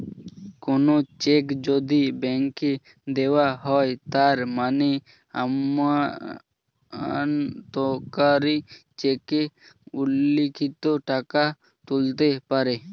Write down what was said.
কোনো চেক যদি ব্যাংকে দেওয়া হয় তার মানে আমানতকারী চেকে উল্লিখিত টাকা তুলতে পারে